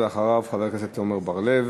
אחריו, חבר הכנסת עמר בר-לב.